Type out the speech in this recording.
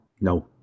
No